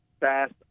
fast